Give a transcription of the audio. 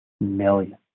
million